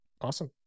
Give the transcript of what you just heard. awesome